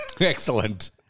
Excellent